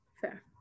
Fair